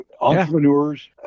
entrepreneurs